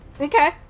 Okay